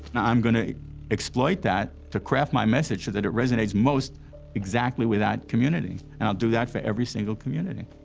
and i'm gonna exploit that to craft my message so that it resonates most exactly with that community, and i'll do that for every single community.